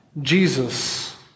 Jesus